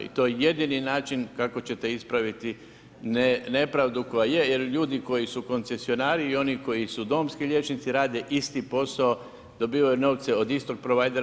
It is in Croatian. I to je jedini način kako ćete ispraviti nepravdu koja je, jer ljudi koji su koncesionari i oni koji su domski liječnici rade isti posao, dobivaju novce od istog provajdera.